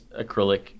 acrylic